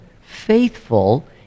faithful